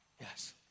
Yes